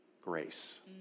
grace